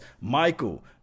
michael